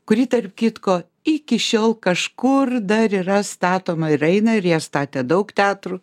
kuri tarp kitko iki šiol kažkur dar yra statoma ir eina ir ją statė daug teatrų